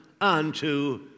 unto